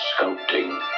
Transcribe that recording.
sculpting